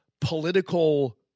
political